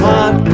Hot